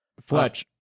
Fletch